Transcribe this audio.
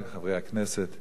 כמו כל הדוברים,